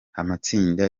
amatsinda